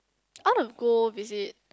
I wanna go visit